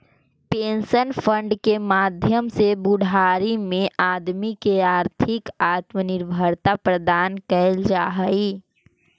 pension fund के माध्यम से बुढ़ारी में आदमी के आर्थिक आत्मनिर्भरता प्रदान कैल जा हई